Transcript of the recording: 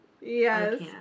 Yes